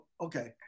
Okay